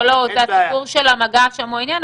לא, זה הסיפור של המגע במוזיאונים כאלו.